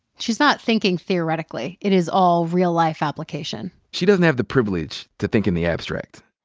she's not thinking theoretically. it is all real-life application. she doesn't have the privilege to think in the abstract.